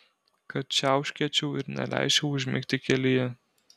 kad čiauškėčiau ir neleisčiau užmigti kelyje